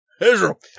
Israel